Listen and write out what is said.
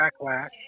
backlash